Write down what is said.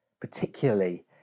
particularly